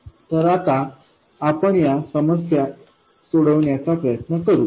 तर आता आपण या समस्या सोडवण्याचा प्रयत्न करू